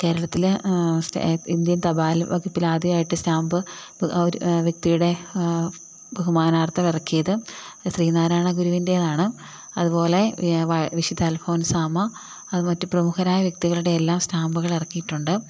കേരളത്തിൽ ഇന്ത്യൻ തപാൽ വകുപ്പിൽ ആദ്യമായിട്ട് സ്റ്റാമ്പ് ഒരു വ്യക്സ്തിയുടെ ബഹുമാനാർത്ഥം ഇറക്കിയത് ശ്രീനാരായണ ഗുരുവിൻ്റേതാണ് അതുപോലെ വിശുദ്ധ അൽഫോൺസാമ്മ അത് മറ്റു പ്രമുഖ വ്യക്തികളുടെ എല്ലാം സ്റ്റാമ്പുകൾ ഇറക്കിയിട്ടുണ്ട്